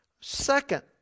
Second